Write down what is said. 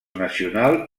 nacional